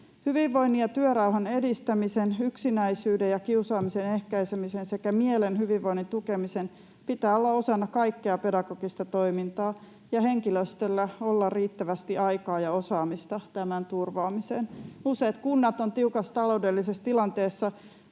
Hyvinvoinnin ja työrauhan edistämisen, yksinäisyyden ja kiusaamisen ehkäisemisen sekä mielen hyvinvoinnin tukemisen pitää olla osana kaikkea pedagogista toimintaa, ja henkilöstöllä pitää olla riittävästi aikaa ja osaamista tämän turvaamiseen. Useat kunnat ovat tiukassa taloudellisessa tilanteessa